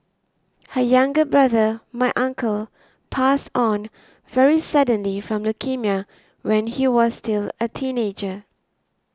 her younger brother my uncle passed on very suddenly from leukaemia when he was still a teenager